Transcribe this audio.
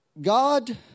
God